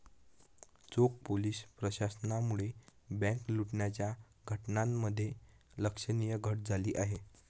चोख पोलीस प्रशासनामुळे बँक लुटण्याच्या घटनांमध्ये लक्षणीय घट झाली आहे